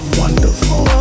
wonderful